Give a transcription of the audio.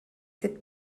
cette